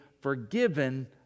forgiven